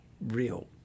real